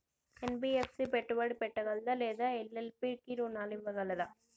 NBFC పెట్టుబడి పెట్టగలదా లేదా ఎల్.ఎల్.పి కి రుణాలు ఇవ్వగలదా?